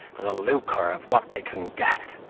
for the lucre of what they can get,